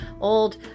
old